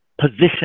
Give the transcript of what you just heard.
position